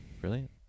brilliant